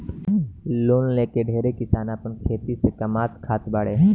loan लेके ढेरे किसान आपन खेती से कामात खात बाड़े